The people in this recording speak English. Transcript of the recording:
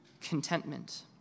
contentment